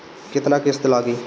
केतना किस्त लागी?